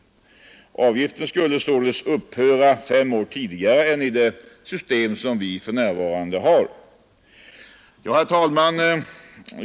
Avgiften skulle således upphöra fem år tidigare än i det nuvarande systemet. Herr talman!